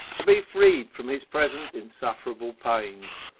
to be freed from his present insufferable pains.